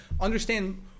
Understand